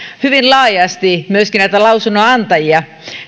hyvin laajasti myöskin näitä lausunnonantajia